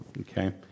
Okay